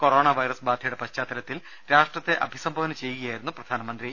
corona virus ബാധയുടെ പശ്ചാത്തലത്തിൽ രാഷ്ട്രത്തെ അഭിസംബോധന ചെയ്യുകയായിരുന്നു പ്രധാനമന്ത്രി